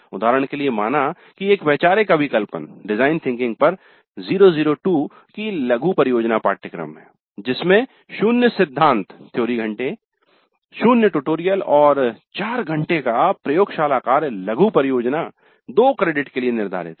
उदाहरण के लिए माना की एक वैचारिक अभिकल्पन डिजाइन थिंकिंग पर 002 की लघु परियोजना पाठ्यक्रम है जिसमे 0 सिद्धांत थ्योरी घंटे 0 ट्यूटोरियल और 4 घंटे का प्रयोगशाला कार्य लघु परियोजना दो क्रेडिट के लिए निर्धारित है